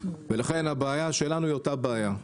לכן הבעיה שלנו היא אותה בעיה.